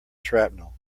shrapnel